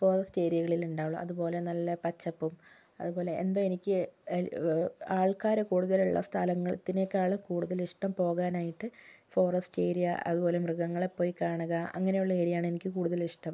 forest ഏരിയകളിലുണ്ടാവുകയുള്ളൂ അതുപോലെ നല്ല പച്ചപ്പും അതുപോലെ എന്തോ എനിക്ക് ആൾക്കാര് കൂടുതലുള്ള സ്ഥലത്തിനേക്കാളും കൂടുതലിഷ്ടം പോകാനായിട്ട് ഫോറസ്റ്റ് ഏരിയ അതുപോലെ മൃഗങ്ങളെ പോയി കാണുക അങ്ങനെയുള്ള ഏരിയാണ് എനിക്ക് കൂടുതലിഷ്ടം